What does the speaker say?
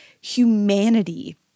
humanity